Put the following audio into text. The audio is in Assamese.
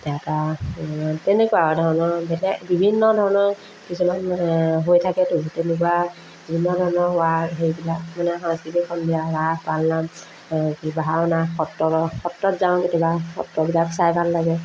এটা তেনেকুৱা তেনেকুৱা আৰু ধৰণৰ একে বিভিন্ন ধৰণৰ কিছুমান মানে হৈ থাকেতো তেনেকুৱা বিভিন্ন ধৰণৰ হোৱা সেইবিলাক মানে সাংস্কৃতিক সন্ধিয়া ৰাস পালনাম কি ভাওনা সত্ৰ সত্ৰত যাওঁ কেতিয়াবা সত্ৰবিলাক চাই ভাল লাগে